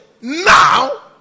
now